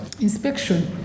inspection